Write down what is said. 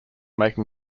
making